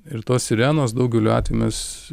ir tos sirenos daugeliu atvejų mes